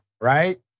right